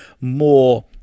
more